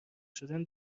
شدن